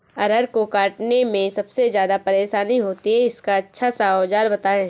अरहर को काटने में सबसे ज्यादा परेशानी होती है इसका अच्छा सा औजार बताएं?